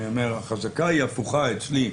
החזקה היא הפוכה אצלי.